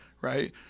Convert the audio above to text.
right